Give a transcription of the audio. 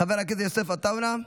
חברת הכנסת עאידה תומא סלימאן,